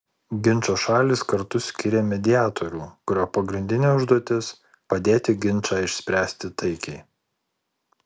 ginčo šalys kartu skiria mediatorių kurio pagrindinė užduotis padėti ginčą išspręsti taikiai